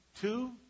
Two